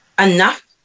enough